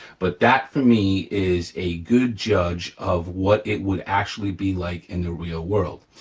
but that, for me, is a good judge of what it would actually be like in the real world.